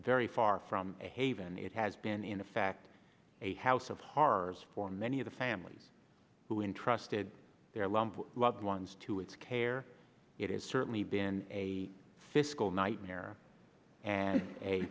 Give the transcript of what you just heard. very far from a haven it has been in effect a house of horrors for many of the families who entrusted their lump loved ones to its care it has certainly been a fiscal nightmare and a